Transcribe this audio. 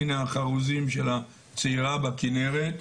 הנה, החרוזים של הצעירה בכנרת.